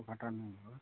घाटा नहीं होगा